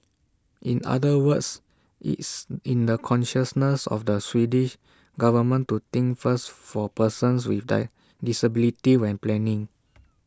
in other words it's in the consciousness of the Swedish government to think first for persons with die disabilities when planning